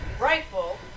rifle